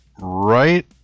right